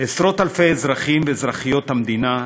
עשרות-אלפי אזרחים ואזרחיות המדינה,